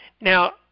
Now